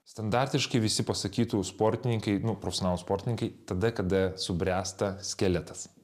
standartiškai visi pasakytų sportininkai nu profesionalūs sportininkai tada kada subręsta skeletas